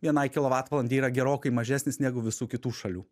vienai kilovatvalandei yra gerokai mažesnis negu visų kitų šalių